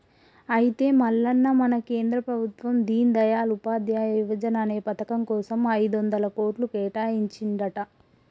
అయితే మల్లన్న మన కేంద్ర ప్రభుత్వం దీన్ దయాల్ ఉపాధ్యాయ యువజన అనే పథకం కోసం ఐదొందల కోట్లు కేటాయించిందంట